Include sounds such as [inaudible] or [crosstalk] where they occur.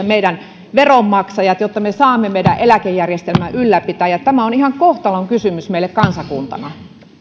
[unintelligible] meidän veronmaksajat jotta me saamme meidän eläkejärjestelmän ylläpitäjät tämä on ihan kohtalonkysymys meille kansakuntana